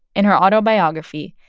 in her autobiography,